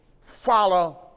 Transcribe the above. follow